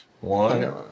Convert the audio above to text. One